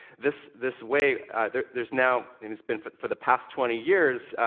this this way there's now it's been for the past twenty years,